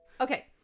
okay